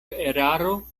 eraro